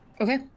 Okay